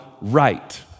right